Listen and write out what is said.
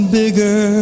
bigger